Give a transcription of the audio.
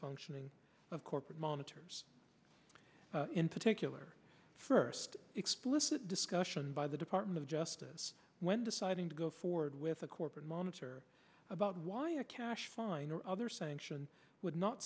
functioning of corporate monitors in particular first explicit discussion by the department of justice when deciding to go forward with a corporate monitor about why a cash fine or other sanction would not